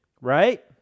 right